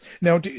Now